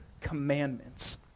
commandments